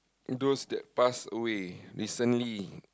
those that pass away recently